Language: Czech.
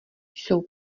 jsou